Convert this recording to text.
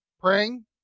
Praying